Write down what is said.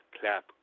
clap